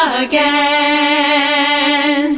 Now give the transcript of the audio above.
again